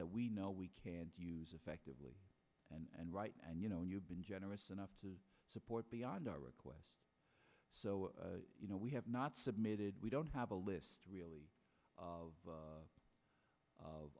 that we know we can't use effectively and right and you know you've been generous enough to support beyond our requests so you know we have not submitted we don't have a list really of